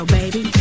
baby